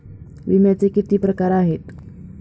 विम्याचे किती प्रकार आहेत?